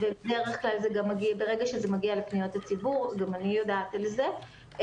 ברגע שזה מגיע לפניות הציבור, גם אני יודעת על זה.